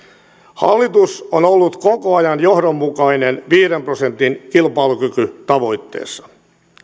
hallitus on ollut koko ajan johdonmukainen viiden prosentin kilpailukykytavoitteessa